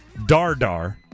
Dardar